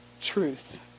truth